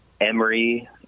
Emery